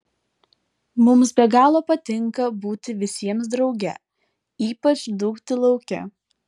mums be galo patinka būti visiems drauge ypač dūkti lauke